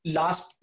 last